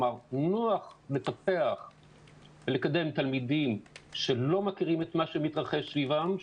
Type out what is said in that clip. מפתח לקדם תלמידים שלא מכירים את מה שמתרחש מסביבם.